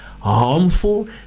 harmful